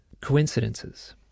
coincidences